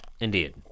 Indeed